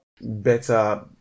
better